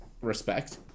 respect